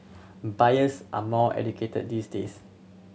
buyers are more educated these days